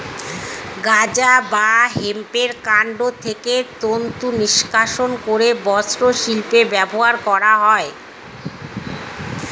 গাঁজা বা হেম্পের কান্ড থেকে তন্তু নিষ্কাশণ করে বস্ত্রশিল্পে ব্যবহার করা হয়